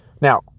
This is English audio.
Now